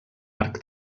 arc